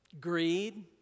Greed